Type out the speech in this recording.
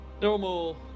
Normal